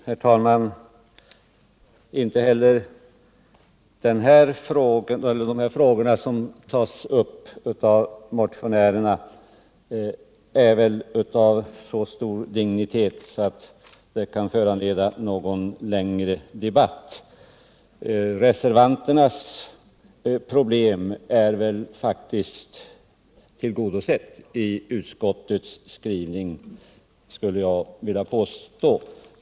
Herr talman! De frågor som här tas upp av motionärerna torde inte vara av så stor dignitet att de kan föranleda någon längre debatu. Vad gäller reservanternas problem skulle jag vilja påstå att dessa faktiskt är tillgodosedda i utskottets skrivning.